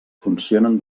funcionen